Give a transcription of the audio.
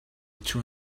two